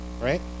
right